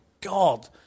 God